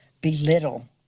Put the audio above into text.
belittle